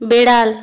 বেড়াল